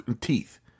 teeth